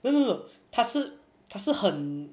no no no 他是他是很